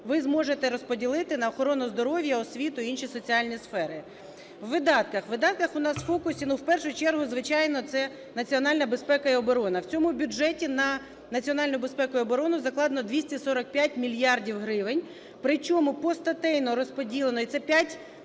ви зможете розподілити на охорону здоров'я, освіту і інші соціальні сфери. У видатках. У видатках у нас в фокус, ну, в першу чергу, звичайно, це національна безпека і оборона. В цьому бюджеті на національну безпеку і оборону закладено 245 мільярдів гривень, при чому постатейно розподілені (це 5,4